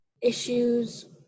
issues